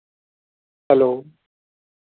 hello